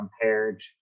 compared